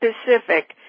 specific